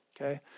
okay